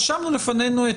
אני מוכרחה רק